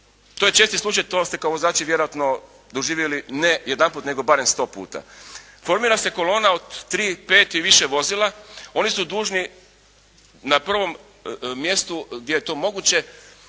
To je česti slučaj, to ste kao vozači vjerojatno doživjeli ne jedanput nego barem 100 puta. Formira se kolona od 3, 5 i više vozila, oni su dužni na prvom mjestu gdje je to moguće